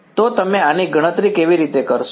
તો તમે આની ગણતરી કેવી રીતે કરશો